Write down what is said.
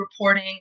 reporting